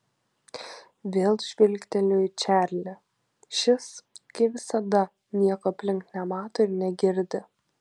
vėl žvilgteliu į čarlį šis kaip visada nieko aplink nemato ir negirdi